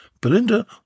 Belinda